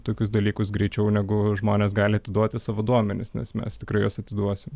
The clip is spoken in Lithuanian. tokius dalykus greičiau negu žmonės gali atiduoti savo duomenis nes mes tikrai juos atiduosim